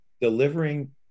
delivering